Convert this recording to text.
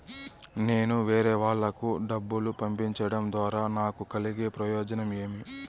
నేను వేరేవాళ్లకు డబ్బులు పంపించడం ద్వారా నాకు కలిగే ప్రయోజనం ఏమి?